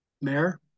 Mayor